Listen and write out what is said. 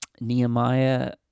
Nehemiah